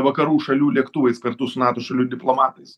vakarų šalių lėktuvais kartu su nato šalių diplomatais